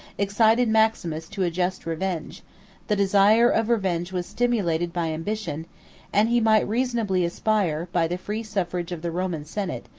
excited maximus to a just revenge the desire of revenge was stimulated by ambition and he might reasonably aspire, by the free suffrage of the roman senate,